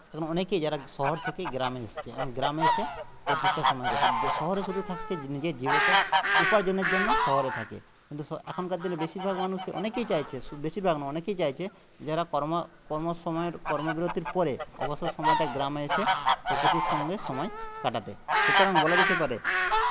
এখন অনেকেই যারা শহর থেকে গ্রামে এসছে এবং গ্রামে এসে প্রতিষ্ঠা সময় করছে শহরে শুধু থাকছে নিজের জীবিকা উপার্জনের জন্য শহরে থাকে কিন্তু এখনকার দিনে বেশিরভাগ মানুষ অনেকেই চাইছে বেশিরভাগ নয় অনেকেই চাইছে যারা কর্ম কর্ম সময়ের কর্ম বিরতির পরে অবসর সময়টা গ্রামে এসে প্রকৃতির সঙ্গে সময় কাটাতে সুতরাং বলা যেতে পারে